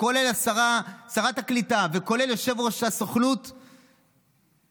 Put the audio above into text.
וכולל שרת הקליטה וכולל יושב-ראש הסוכנות וההסתדרות,